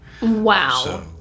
Wow